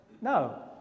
No